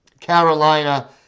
Carolina